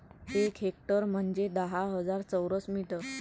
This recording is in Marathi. एक हेक्टर म्हंजे दहा हजार चौरस मीटर